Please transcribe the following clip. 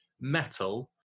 metal